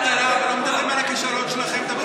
על האבטלה ולא מדברים על הכישלון שלכם.